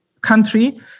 country